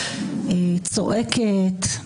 צועקת,